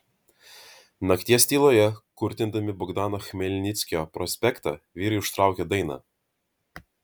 nakties tyloje kurtindami bogdano chmelnickio prospektą vyrai užtraukė dainą